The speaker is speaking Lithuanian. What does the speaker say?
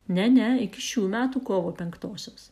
ne ne iki šių metų kovo penktosios